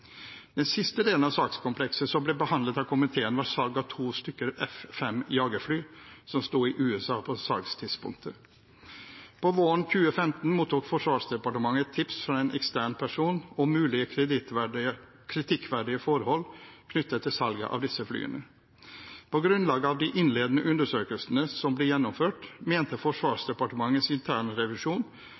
Den siste delen av sakskomplekset som ble behandlet av komiteen, var salg av to stykker F-5 jagerfly som sto i USA på salgstidspunktet. På våren 2015 mottok Forsvarsdepartementet et tips fra en ekstern person om mulige kritikkverdige forhold knyttet til salget av disse flyene. På grunnlag av de innledende undersøkelsene som ble gjennomført, mente Forsvarsdepartementets internrevisjon